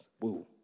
woo